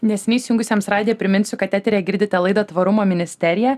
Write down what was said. neseniai įsijungusiems radiją priminsiu kad eteryje girdite laidą tvarumo ministerija